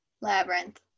Labyrinth